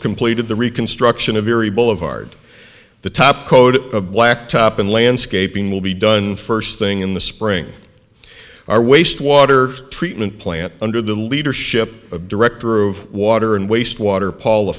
completed the reconstruction of erie boulevard the top code of blacktop and landscaping will be done first thing in the spring our waste water treatment plant under the leadership of director of water and wastewater paula